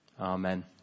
Amen